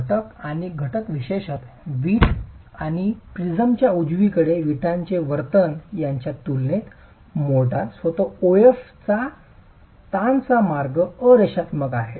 घटक आणि घटक विशेषत वीट आणि प्रिज्मच्या उजवीकडे विटांचे वर्तन यांच्या तुलनेत मोर्टार स्वतः O F चा ताणचा मार्ग अ रेषात्मक आहे